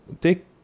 take